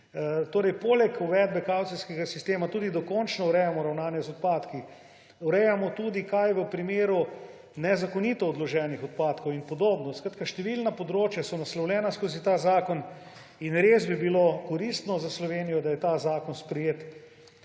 okolja. Poleg uvedbe kavcijskega sistema tudi dokončno urejamo ravnanje z odpadki. Urejamo tudi, kaj storiti v primeru nezakonito odloženih odpadkov in podobno. Številna področja so naslovljena skozi ta zakon in res bi bilo koristno za Slovenijo, da je ta zakon sprejet